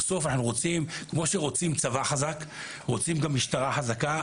בסוף, כמו שרוצים צבא חזק, רוצים גם משטרה חזקה.